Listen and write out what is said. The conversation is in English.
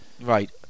Right